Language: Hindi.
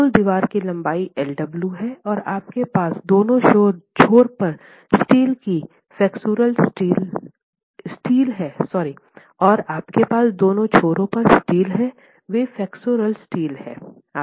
तो कुल दीवार की लंबाई l w हैं और आपके पास दोनो छोर पर स्टील है वे फ्लेक्सुरल स्टील हैं